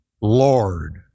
Lord